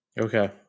Okay